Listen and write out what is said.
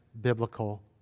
biblical